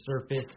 surface